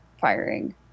firing